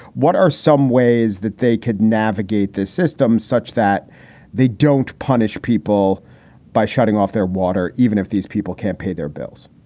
what are some ways that they could navigate this system such that they don't punish people by shutting off their water even if these people can't pay their bills?